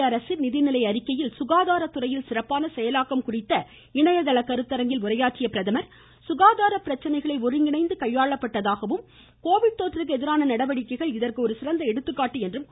மத்திய அரசின் நிதிநிலை அறிக்கையில் சுகாதார துறையில் சிறப்பான செயலாக்கம் குறித்த இணையதள கருத்தரங்கில் உரையாற்றிய பிரதமர் சுகாதார பிரச்சனைகள் ஒருங்கிணைந்து கையாப்பட்டதாகவும் கோவிட் தொற்றுக்கு எதிரான நடவடிக்கைகள் இதற்கு ஒரு சிறந்த எடுத்துக்காட்டு என்றும் கூறினார்